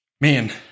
man